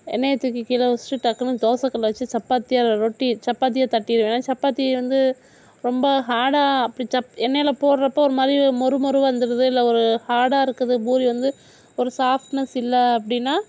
எண்ணெயை தூக்கி கீழே வச்சுட்டு டக்குனு தோசைக்கல்லை வச்சு சப்பாத்தியாக ரொட்டி சப்பாத்தியாக தட்டிவிடுவேன் சப்பாத்தியை வந்து ரொம்ப ஹாடாக அப்படி ச எண்ணெயில் அப்படி போடுகிறப்போ ஒரு மாதிரி மொறு மொறு வந்துவிடுது இல்லை ஒரு ஹாடாக இருக்குது பூரி வந்து ஒரு சாஃப்ட்நஸ் இல்லை அப்படினா